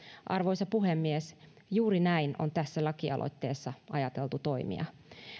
arvoisa puhemies juuri näin on tässä lakialoitteessa ajateltu toimia